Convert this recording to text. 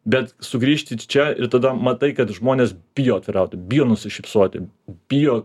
bet sugrįžti čia ir tada matai kad žmonės bijo atvirauti bijo nusišypsoti bijo